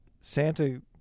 santa